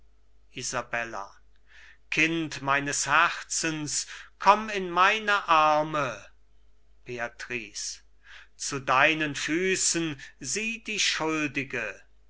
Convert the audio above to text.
kind meines herzens komm in meine arme beatrice zu deinen füßen sieh die schuldige